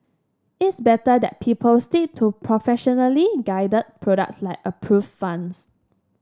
it's better that people stick to professionally guided products like approved funds